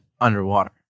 underwater